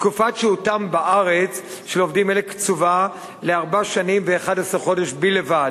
תקופת שהותם בארץ של עובדים אלה קצובה לארבע שנים ו-11 חודשים בלבד.